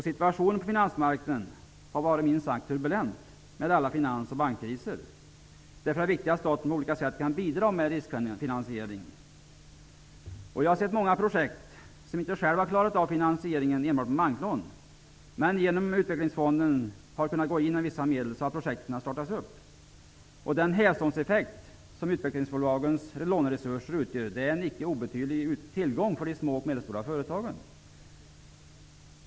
Situationen på finansmarknaden, med alla finans och bankkriser, har minst sagt varit turbulent. Därför är det vikigt att staten på olika sätt kan bidra med riskfinansiering. Jag har sett många projekt som företagarna själva inte har klarat av att finansiera enbart med banklån, men genom att utvecklingsfonderna har kunnat gå in med vissa medel har projekten kunnat startas. Den hävstångseffekt som utvecklingsbolagens låneresurser utgör är en icke obetydlig tillgång för de små och medelstora företagen.